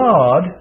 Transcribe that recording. God